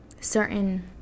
certain